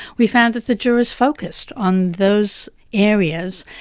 we found that the jurors focused on those areas,